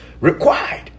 required